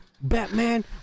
Batman